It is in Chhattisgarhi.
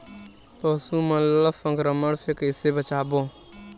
पशु मन ला संक्रमण से कइसे बचाबो?